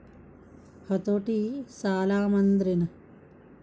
ಹತೋಟಿ ಸಾಲಾಂದ್ರೆನ್?